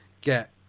get